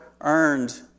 earned